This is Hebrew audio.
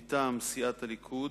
מטעם סיעת הליכוד,